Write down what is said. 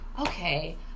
Okay